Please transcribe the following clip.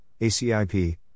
ACIP